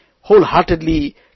Wholeheartedly